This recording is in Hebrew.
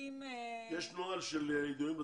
יש נוהל של ידועים בציבור?